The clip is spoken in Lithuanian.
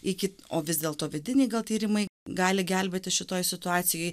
iki o vis dėlto vidinį gal tyrimai gali gelbėti šitoj situacijoj